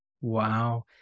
Wow